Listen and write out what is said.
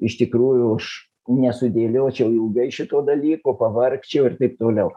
iš tikrųjų už nesudėliočiau ilgai šito dalyko pavargčiau ir taip toliau